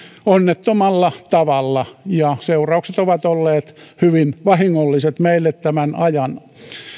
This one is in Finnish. onnettomalla tavalla ja seuraukset ovat olleet hyvin vahingolliset meille tämän ajan